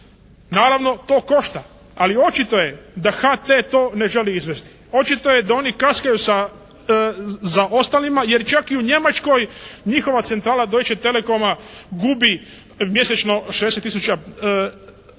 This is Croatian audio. Naravno to košta. Ali, očito je da HT to ne želi izvesti. Očito je da oni kaskaju za ostalima jer čak i u Njemačkoj njihova centrala Deutsche Telecom-a gubi mjesečno 60 tisuća